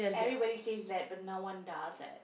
everybody says that but no one does it